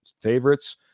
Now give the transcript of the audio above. favorites